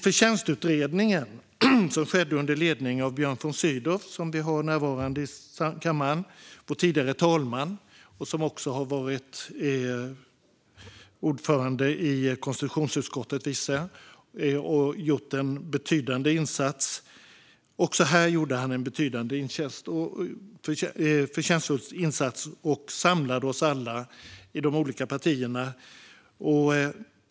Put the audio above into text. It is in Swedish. Förtjänstutredningen leddes av Björn von Sydow, som är närvarande här i kammaren, vår tidigare talman som också har varit ordförande i konstitutionsutskottet och gjort en betydande insats. Också här gjorde han en förtjänstfull insats och samlade oss alla i de olika partierna.